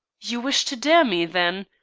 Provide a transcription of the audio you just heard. you wish to dare me, then?